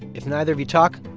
if neither of you talk,